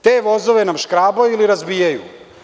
Te vozove nam škrabaju ili razbijaju.